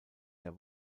der